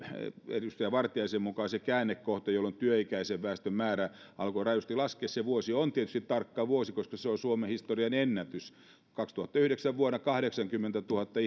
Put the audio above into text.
edustaja vartiaisen mukaan se käännekohta jolloin työikäisen väestön määrä alkoi rajusti laskea se vuosi on tietysti tarkka vuosi koska se on suomen historian ennätys kaksituhattayhdeksän vuonna kahdeksankymmentätuhatta